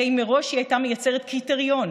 הרי מראש היא הייתה מייצרת קריטריון